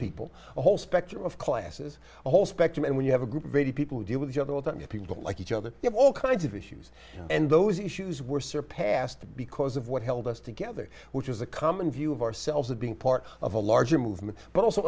people a whole spectrum of classes a whole spectrum and when you have a group of people who deal with each other within you people don't like each other you have all kinds of issues and those issues were surpassed because of what held us together which is a common view of ourselves of being part of a larger movement but also